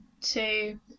two